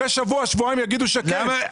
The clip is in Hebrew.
אחרי שבוע-שבועיים יגידו שכן.